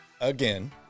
again